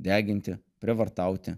deginti prievartauti